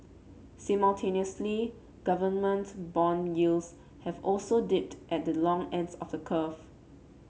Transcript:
simultaneously government bond yields have also dipped at the long ends of the curve